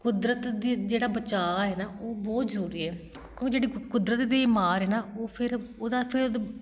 ਕੁਦਰਤ ਦੀ ਜਿਹੜਾ ਬਚਾਅ ਹੈ ਨਾ ਉਹ ਬਹੁਤ ਜ਼ਰੂਰੀ ਹੈ ਕਿ ਉਹ ਜਿਹੜੀ ਕੁਦਰਤ ਦੀ ਮਾਰ ਹੈ ਨਾ ਉਹ ਫਿਰ ਉਹਦਾ ਫਿਰ ਦ